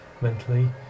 mentally